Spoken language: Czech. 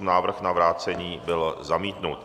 Návrh na vrácení byl zamítnut.